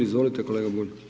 Izvolite kolega Bulj.